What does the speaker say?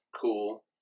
Cool